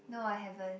no I haven't